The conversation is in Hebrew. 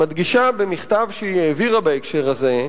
מדגישה במכתב שהיא העבירה בהקשר הזה,